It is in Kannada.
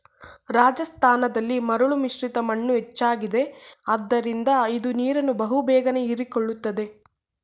ರಾಜಸ್ಥಾನದಲ್ಲಿ ಮರಳು ಮಿಶ್ರಿತ ಮಣ್ಣು ಹೆಚ್ಚಾಗಿದೆ ಆದ್ದರಿಂದ ಇದು ನೀರನ್ನು ಬಹು ಬೇಗನೆ ಹೀರಿಕೊಳ್ಳುತ್ತದೆ